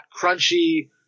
crunchy